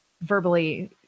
verbally